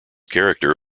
character